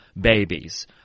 babies